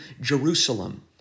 Jerusalem